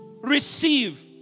Receive